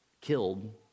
killed